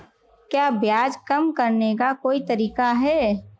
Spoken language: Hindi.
क्या ब्याज कम करने का कोई तरीका है?